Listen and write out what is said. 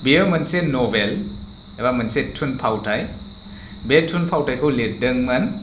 बियो मोनसे नभेल एबा थुनफावथाय बे थुनफावथायखौ लिरदोंमोन